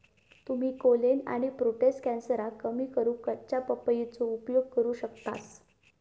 तुम्ही कोलेन आणि प्रोटेस्ट कॅन्सरका कमी करूक कच्च्या पपयेचो उपयोग करू शकतास